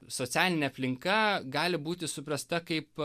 socialinė aplinka gali būti suprasta kaip